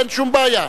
אין שום בעיה.